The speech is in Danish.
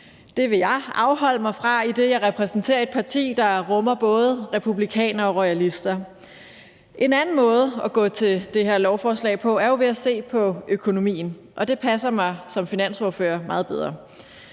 det vil jeg afholde mig fra, idet jeg repræsenterer et parti, der rummer både republikanere og realister – men en anden måde at gå til det her lovforslag på er jo ved at se på økonomien, og det passer mig som finansordfører meget bedre.